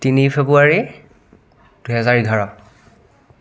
তিনি ফেব্ৰুৱাৰী দুই হেজাৰ এঘাৰ